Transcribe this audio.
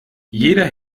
jeder